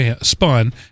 spun